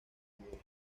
comedia